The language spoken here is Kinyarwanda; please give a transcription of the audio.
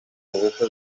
ubukwe